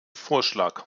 vorschlag